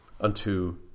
unto